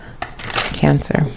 Cancer